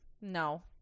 no